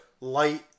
light